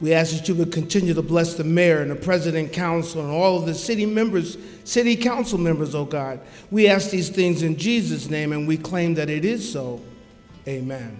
we ask you to continue to bless the mayor and the president council all of the city members city council members oh god we have these things in jesus name and we claim that it is so a